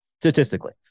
statistically